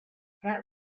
that